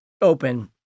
open